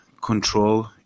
control